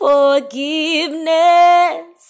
Forgiveness